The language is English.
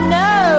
no